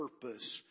purpose